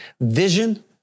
vision